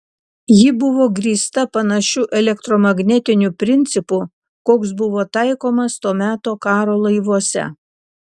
ji buvo grįsta panašiu elektromagnetiniu principu koks buvo taikomas to meto karo laivuose